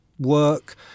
work